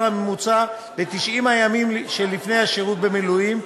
הממוצע ב-90 הימים שלפני השירות המילואים,